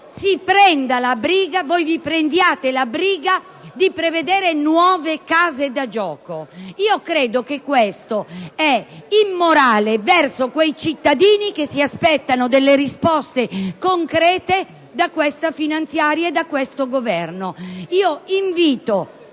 questo termine - che vi prendiate la briga di prevedere nuove case da gioco. Credo che ciò sia immorale verso quei cittadini che si aspettano risposte concrete da questa finanziaria e da questo Governo.